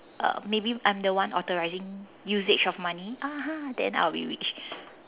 uh maybe I am the one authorising usage of money (uh huh) then I'll be rich